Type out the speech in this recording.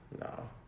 No